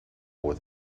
with